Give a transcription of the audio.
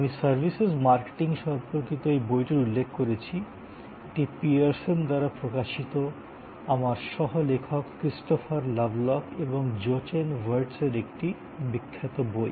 আমি services marketing সম্পর্কিত এই বইটির উল্লেখ করেছি এটি পিয়ারসন দ্বারা প্রকাশিত আমার সহ লেখক ক্রিস্টোফার লাভলক এবং জোচেন ভার্টজের একটি বিখ্যাত বই